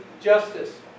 justice